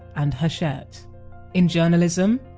and hachette in journalism,